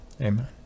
amen